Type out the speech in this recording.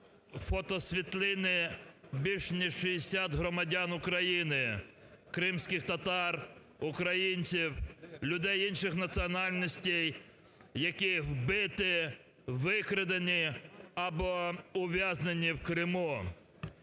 фотосвітлини. Більш, ніж 60 громадян України – кримських татар, українців, людей інших національностей, які вбиті, викрадені або ув'язнені в Криму.